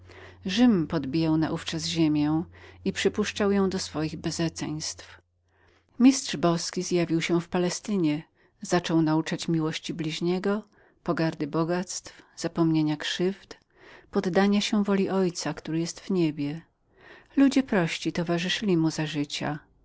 rzym podbijał naówczas ziemię i przypuszczał ją do swoich bezeceństw mistrz boski zjawił się w palestynie zaczął nauczać miłości bliźniego pogardy bogactw zapomnienia krzywd poddania się woli ojca który jest w niebie ludzie prości towarzyszyli mu